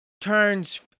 turns